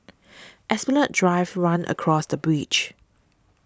Esplanade Drive runs across the bridge